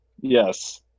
yes